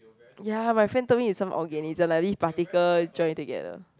ya my friend told me it's some organism like leaf particle join together